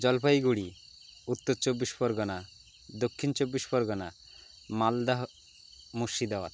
Jalpaiguri Uttar Chabbish Pargana Dakshin Chabbish Pargana Maldah Murshidabad